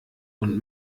und